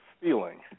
feeling